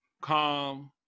calm